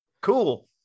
Cool